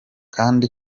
kandi